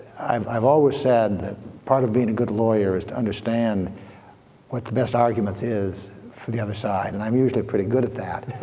i've always said that part of being a good lawyer is to understand what the best argument is for the other side. and i'm usually pretty good at that.